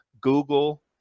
Google